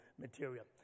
material